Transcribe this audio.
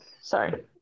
sorry